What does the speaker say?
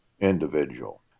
individual